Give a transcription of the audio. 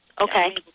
Okay